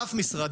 אף משרד,